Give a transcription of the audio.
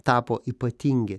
tapo ypatingi